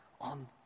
on